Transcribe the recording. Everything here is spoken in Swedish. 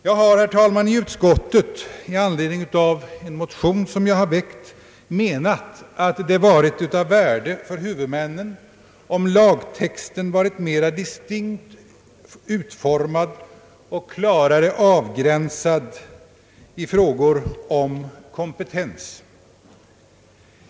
Jag har, herr talman, i utskottet med anledning av min motion hävdat att det hade varit av värde för huvudmännen om lagtexten blivit mer distinkt utformad och klarare avgränsad i frågor om kompetens.